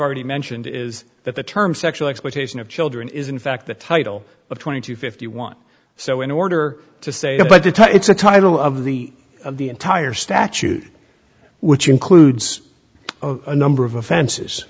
already mentioned is that the term sexual exploitation of children is in fact the title of twenty two fifty one so in order to say but to tell it's a total of the of the entire statute which includes a number of offenses